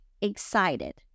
excited